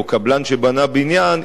או קבלן שבנה בניין,